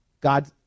God